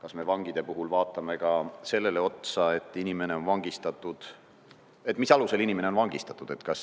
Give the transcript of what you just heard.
kas me vangide puhul vaatame ka seda, mis alusel inimene on vangistatud, kas